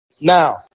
Now